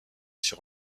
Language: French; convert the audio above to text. sur